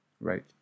Right